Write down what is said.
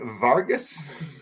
vargas